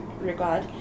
regard